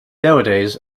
nowadays